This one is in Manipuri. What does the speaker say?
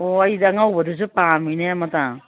ꯑꯣ ꯑꯩꯁꯦ ꯑꯉꯧꯕꯗꯁꯨ ꯄꯥꯝꯃꯤꯅꯦ ꯑꯃꯇ